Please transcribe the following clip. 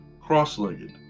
cross-legged